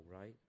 right